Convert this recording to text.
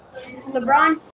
LeBron